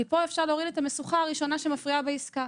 כי פה אפשר להוריד את המשוכה הראשונה שמפריעה בעסקה.